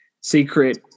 secret